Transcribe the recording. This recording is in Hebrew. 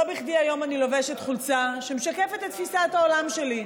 לא בכדי היום אני לובשת חולצה שמשקפת את תפיסת העולם שלי,